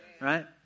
Right